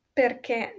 perché